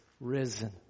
risen